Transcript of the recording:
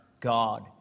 God